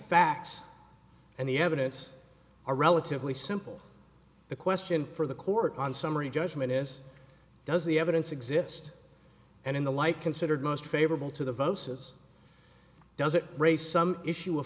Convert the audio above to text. facts and the evidence are relatively simple the question for the court on summary judgment is does the evidence exist and in the light considered most favorable to the votes has does it raise some issue